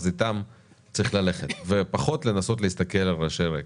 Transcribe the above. אז איתם צריך ללכת ופחות לנסות להסתכל על רעשי רקע.